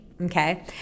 Okay